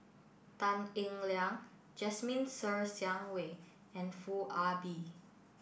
tan Eng Liang Jasmine Ser Xiang Wei and Foo Ah Bee